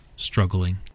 Struggling